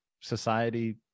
society